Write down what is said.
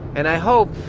and i hope,